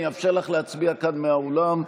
אני אאפשר לך להצביע כאן מהאולם.